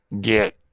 get